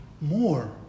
more